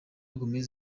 gomez